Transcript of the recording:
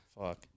Fuck